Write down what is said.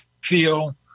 feel